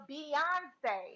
Beyonce